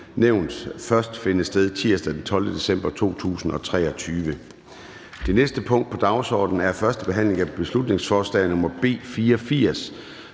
nævnt først finde sted tirsdag den 12. december 2023. --- Det næste punkt på dagsordenen er: 25) 1. behandling af beslutningsforslag nr. B 84: